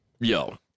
Yo